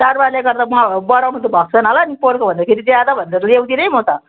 चाडबाडले गर्दा म बढाउनु त भएको छैन होला नि पोहोरको भन्दा फेरि ज्यादा भयो भने त ल्याउदिनँ है म त